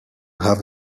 have